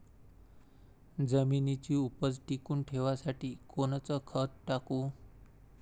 जमिनीची उपज टिकून ठेवासाठी कोनचं खत टाकू?